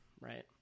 right